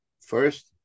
First